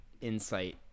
insight